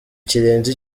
kirenze